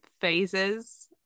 phases